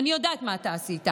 אני יודעת מה אתה עשית.